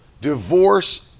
Divorce